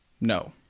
No